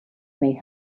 may